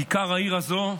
כיכר העיר הזאת,